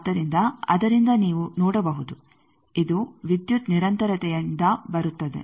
ಆದ್ದರಿಂದ ಅದರಿಂದ ನೀವು ನೋಡಬಹುದು ಇದು ವಿದ್ಯುತ್ ನಿರಂತರತೆಯಿಂದ ಬರುತ್ತದೆ